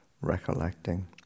recollecting